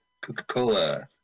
Coca-Cola